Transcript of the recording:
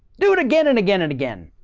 do it again and again and again.